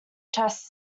test